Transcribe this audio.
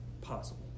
possible